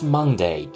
Monday